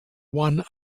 one